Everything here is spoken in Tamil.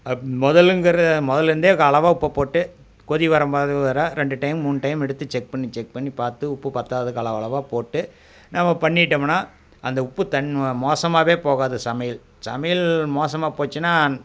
அப் முதலுங்கிறது முதலிந்தே க அளவாக உப்பை போட்டு கொதி வரும்போது வர ரெண்டு டைம் மூனு டைம் எடுத்து செக் பண்ணி செக் பண்ணி பார்த்து உப்பு பத்தாததுக்கு அள அளவாக போட்டு நம்ம பண்ணிட்டோமுன்னா அந்த உப்பு தன்மை மோசமாகவே போகாது சமையல் சமையல் மோசமாக போயிடுச்சின்னா